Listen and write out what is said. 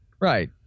Right